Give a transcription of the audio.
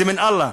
זה מן אללה.